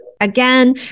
Again